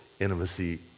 intimacy